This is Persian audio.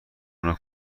اونا